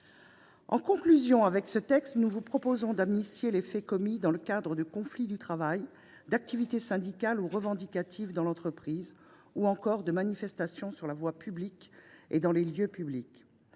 collègues, avec ce texte, nous vous proposons d’amnistier les faits commis dans le cadre de conflits du travail, d’activités syndicales ou revendicatives dans l’entreprise, ou encore de manifestations sur la voie publique ou dans des lieux publics.